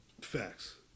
Facts